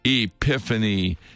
epiphany